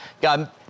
God